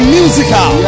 musical